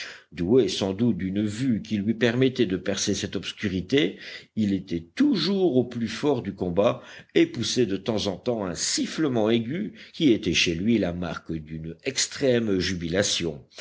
sans doute d'une vue qui lui permettait de percer cette obscurité il était toujours au plus fort du combat et poussait de temps en temps un sifflement aigu qui était chez lui la marque d'une extrême jubilation